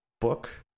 book